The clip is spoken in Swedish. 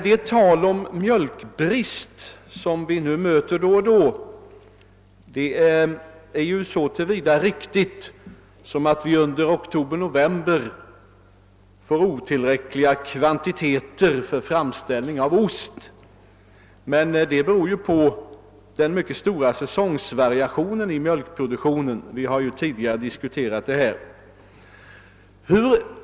Det tal om mjölkpriset som vi då och då möter är så till vida riktigt som att vi under oktober-—november får, otillräckliga kvantiteter för framställning av ost. Detta beror emellertid på de stora säsongvariationerna i mjölkproduktionen; vi har tidigare diskuterat detta.